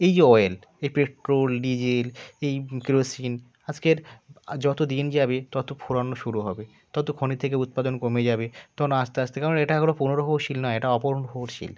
এই যে অয়েল এই পেট্রোল ডিজেল এই কেরোসিন আজকের যত দিন যাবে তত ফোরানো শুরু হবে তত খনি থেকে উৎপাদন কমে যাবে তখন আস্তে আস্তে কারণ এটা কোনো পুনর্ব্যবহারশীল নয় অপুনর্ব্যবহারশীল